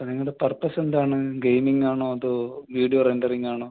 ആ നിങ്ങളുടെ പർപ്പസ് എന്താണ് ഗെയിമിങ്ങാണൊ അതോ വീഡിയൊ റെൻറ്ററിങ്ങ് ആണോ